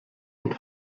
und